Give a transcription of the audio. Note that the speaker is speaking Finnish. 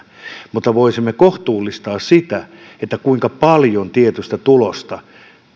mutta voisimme kohtuullistaa sitä kuinka paljon tietystä tulosta